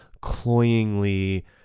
cloyingly